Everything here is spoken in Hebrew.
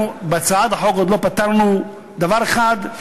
בהצעת החוק עוד לא פטרנו דבר אחד,